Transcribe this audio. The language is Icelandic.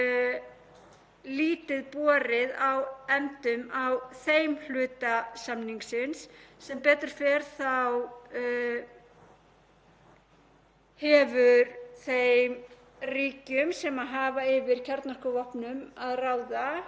fer hefur þeim ríkjum sem hafa yfir kjarnorkuvopnum að ráða ekki fjölgað mikið en hættan er auðvitað alltaf til staðar að þeim muni geta fjölgað,